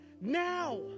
now